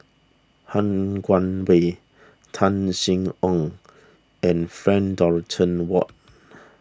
Han Guangwei Tan Sin Aun and Frank Dorrington Ward